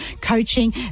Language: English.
coaching